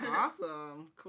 Awesome